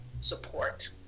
support